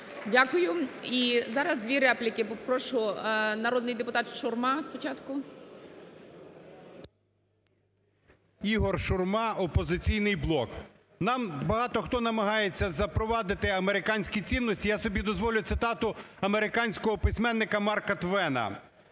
Дякую. І зараз дві репліки. Порошу, народний депутат Шурма спочатку. 10:45:22 ШУРМА І.М. Ігор Шурма, "Опозиційний блок". Нам багато хто намагається запровадити американські цінності. Я собі дозволю цитату американського письменника Марка Твена: